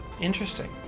Interesting